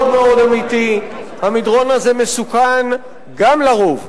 מאוד אמיתי: המדרון הזה מסוכן גם לרוב.